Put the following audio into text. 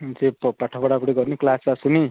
ସେ ପାଠ ପଢ଼ାପଢ଼ି କରୁନି କ୍ଳାସ୍ ଆସୁନି